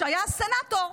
שהיה סנטור,